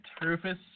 Rufus